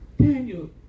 Daniel